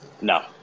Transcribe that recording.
No